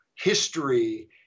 history